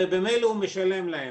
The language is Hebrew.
הרי במילא הוא משלם להן,